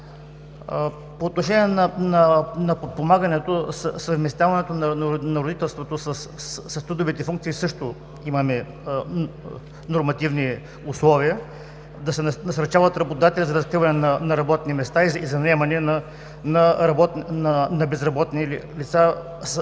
По отношение на подпомагането при съвместяване на родителството с трудовите функции също имаме нормативни условия – да се насърчават работодателите за разкриване на работни места и за наемане на безработни лица, самотни